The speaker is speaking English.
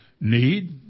need